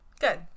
Good